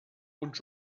und